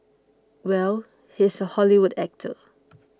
well he's a Hollywood actor